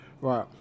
Right